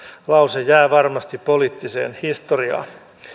lause jää varmasti poliittiseen historiaan